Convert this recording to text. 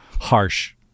harsh